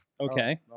Okay